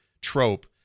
trope